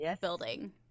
building